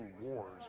wars